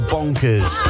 Bonkers